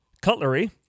cutlery